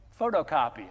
photocopy